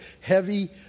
heavy